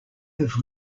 have